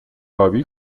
آبی